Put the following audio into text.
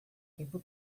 tempo